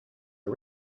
are